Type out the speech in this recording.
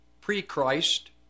pre-Christ